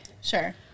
Sure